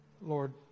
Lord